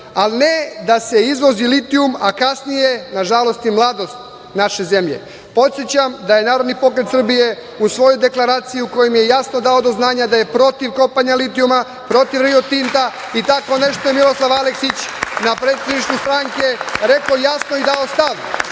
ali ne da se izvozi litijum, a kasnije na žalost i mladost naše zemlje. Podsećam da je Narodni pokret Srbije usvojio Deklaraciju kojom je jasno dao do znanja da je protiv kopanja litijuma, protiv Rio Tinta i tako nešto je Miroslav Aleksić na predsedništvu stranke rekao jasno i dao stav,